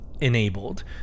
enabled